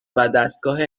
ودستگاه